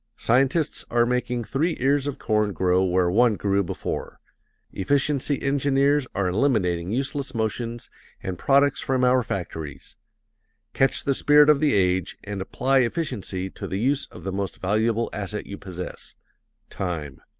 scientists are making three ears of corn grow where one grew before efficiency engineers are eliminating useless motions and products from our factories catch the spirit of the age and apply efficiency to the use of the most valuable asset you possess time.